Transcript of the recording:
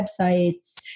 websites